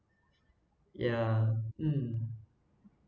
yeah um